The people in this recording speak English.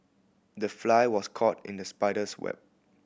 the fly was caught in the spider's web